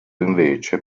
invece